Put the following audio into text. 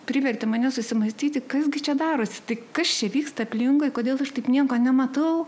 privertė mane susimąstyti kas gi čia darosi tik kas čia vyksta aplinkui kodėl aš taip nieko nematau